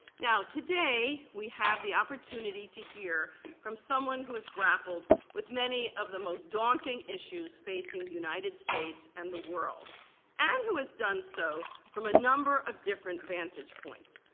now, today, we have the opportunity to hear from someone who has grappled with many of the most daunting issues facing the united states and the world and who has done so from a number of different vantage points.